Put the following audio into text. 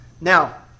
Now